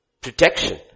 protection